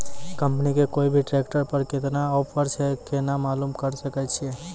Company के कोय भी ट्रेक्टर पर केतना ऑफर छै केना मालूम करऽ सके छियै?